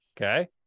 Okay